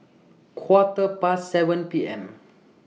Quarter Past seven P M